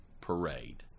Parade